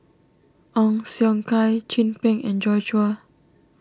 Ong Siong Kai Chin Peng and Joi Chua